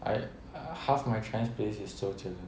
I half my chinese playlist is 周杰伦